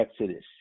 exodus